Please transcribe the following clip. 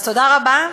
אז תודה רבה,